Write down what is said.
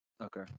Okay